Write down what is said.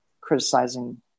criticizing